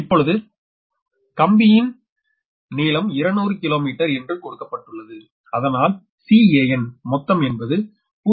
இப்பொழுது கம்பியின் நீளம் 200 கிலோமீட்டர் என்று கொடுக்கப்பட்டுள்ளது அதனால் Can மொத்தம் என்பது 0